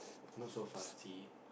not so fussy